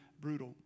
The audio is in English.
brutal